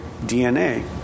DNA